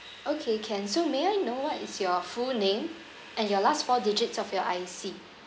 okay can so may I know what is your full name and your last four digits of your I_C